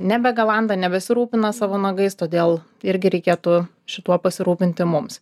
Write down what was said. nebegalanda nebesirūpina savo nagais todėl irgi reikėtų šituo pasirūpinti mums